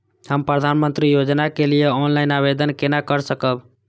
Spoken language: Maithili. हम प्रधानमंत्री योजना के लिए ऑनलाइन आवेदन केना कर सकब?